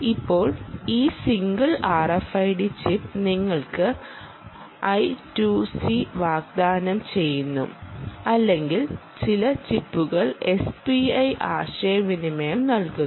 ഇപ്പോൾ ഈ single RFID chip നിങ്ങൾക്ക് I 2 C വാഗ്ദാനം ചെയ്യുന്നു അല്ലെങ്കിൽ ചില ചിപ്പുകൾ SPI ആശയവിനിമയം നൽകുന്നു